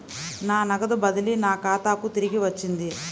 నా నగదు బదిలీ నా ఖాతాకు తిరిగి వచ్చింది